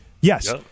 Yes